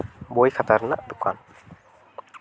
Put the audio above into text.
ᱵᱳᱭ ᱠᱷᱟᱛᱟ ᱨᱮᱭᱟᱜ ᱫᱚᱠᱟᱱ